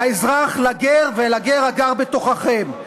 לאזרח ולגר הגר בתוככם".